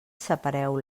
separeu